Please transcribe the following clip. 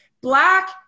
Black